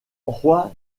roi